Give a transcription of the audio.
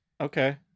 Okay